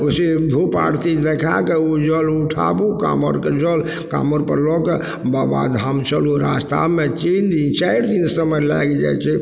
धूप आरती देखाके उ जल उठाबु काँवरके जल काँवर पर लऽके बाबाधाम चलु रास्तामे तीन दिन चारि दिन समय लागि जाइ छै